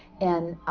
and